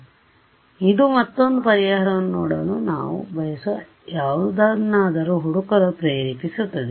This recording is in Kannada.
ಆದ್ದರಿಂದ ಇದು ಮತ್ತೊಂದು ಪರಿಹಾರವನ್ನು ನೋಡಲು ನಾವು ಬಯಸುವ ಯಾವುದನ್ನಾದರೂ ಹುಡುಕಲು ಪ್ರೇರೇಪಿಸುತ್ತದೆ